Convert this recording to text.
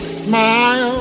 smile